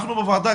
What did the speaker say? אנחנו בוועדה,